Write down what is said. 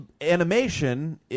animation